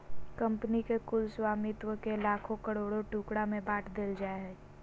company के कुल स्वामित्व के लाखों करोड़ों टुकड़ा में बाँट देल जाय हइ